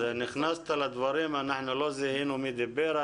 נכנסת לדברים ולא זיהינו את הדובר.